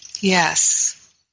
Yes